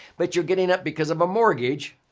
but you're getting up because of a mortgage.